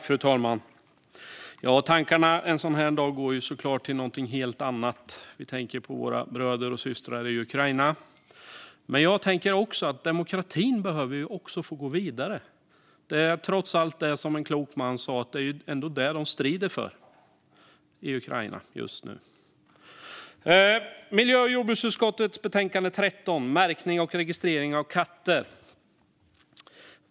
Fru talman! Tankarna går en sådan här dag såklart till något helt annat. Vi tänker på våra bröder och systrar i Ukraina. Men jag tänker också att demokratin behöver få gå vidare. Det är trots allt, som en klok man sa, detta de strider för i Ukraina just nu. Nu handlar det om miljö och jordbruksutskottets betänkande 13, Märkning och registrering av katter .